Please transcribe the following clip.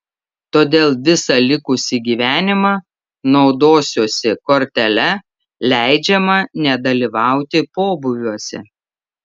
todėl visą likusį gyvenimą naudosiuosi kortele leidžiama nedalyvauti pobūviuose